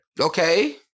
Okay